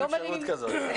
אין אפשרות כזאת,